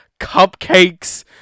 cupcakes